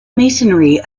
masonry